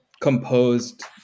composed